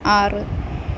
ആറ്